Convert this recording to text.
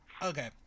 Okay